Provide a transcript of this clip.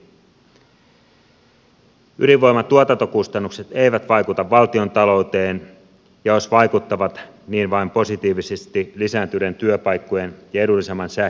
ydinvoiman tuotantokustannukset eivät vaikuta valtiontalouteen ja jos vaikuttavat niin vain positiivisesti lisääntyneiden työpaikkojen ja edullisemman sähkön kautta